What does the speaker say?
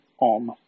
on